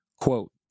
Quote